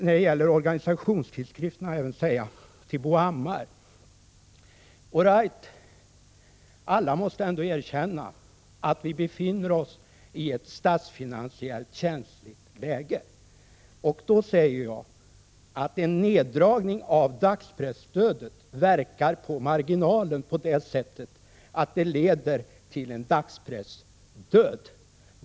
När det gäller organisationstidskrifterna vill jag säga till Bo Hammar att alla ändå måste erkänna att vi befinner oss i ett statsfinansiellt känsligt läge. En neddragning av dagspresstödet verkar på marginalen på det sättet att det leder till en dagspressdöd.